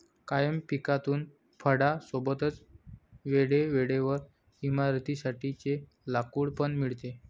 कायम पिकातून फळां सोबतच वेळे वेळेवर इमारतीं साठी चे लाकूड पण मिळते